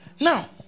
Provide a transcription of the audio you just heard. Now